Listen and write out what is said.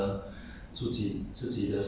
oh okay